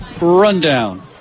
rundown